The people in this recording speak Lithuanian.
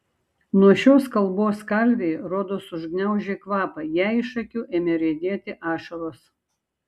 nuo šios kalbos kalvei rodos užgniaužė kvapą jai iš akių ėmė riedėti ašaros